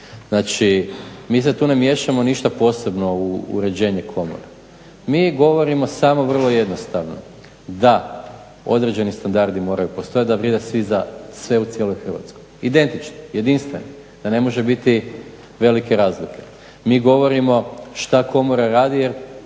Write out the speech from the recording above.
Znači, mi se tu ne miješamo ništa posebno u uređenje komore. Mi govorimo samo vrlo jednostavno, da određeni standardi moraju postojati, da vrijede svi za sve u cijeloj Hrvatskoj, identično, jedinstveno, da ne može biti velike razlike. Mi govorimo šta komora radi, jer